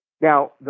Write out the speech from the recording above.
Now